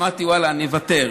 אמרתי: ואללה, אני אוותר.